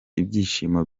ibyishimo